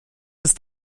ist